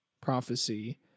prophecy